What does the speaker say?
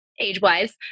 age-wise